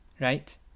right